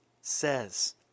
says